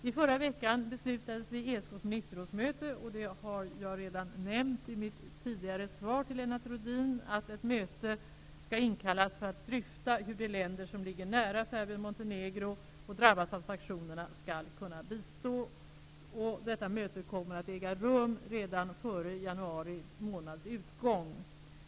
I förra veckan beslutades vid ESK:s ministerrådsmöte i Rom -- det har jag redan nämnt i ett tidigare svar till Lennart Rohdin -- att ett möte skall inkallas för att dryfta hur de länder som ligger nära Serbien och Montenegro och följaktligen drabbas av sanktionerna skall kunna bistås. Detta möte kommer att äga rum redan före januari månads utgång.